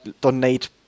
donate